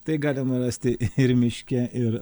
tai galima rasti ir miške ir